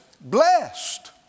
blessed